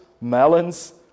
melons